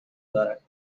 دارند